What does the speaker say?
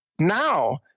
now